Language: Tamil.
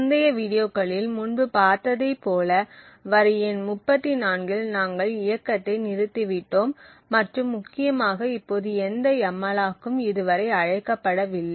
முந்தைய வீடியோக்களில் முன்பு பார்த்ததைப் போல வரி எண் 34இல் நாங்கள் இயக்கத்தை நிறுத்திவிட்டோம் மற்றும் முக்கியமாக இப்போது எந்த எம்மலாக்கும் இதுவரை அழைக்கப்படவில்லை